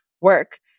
work